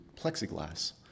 plexiglass